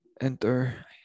enter